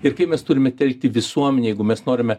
ir kaip mes turime telkti visuomenę jeigu mes norime